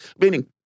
meaning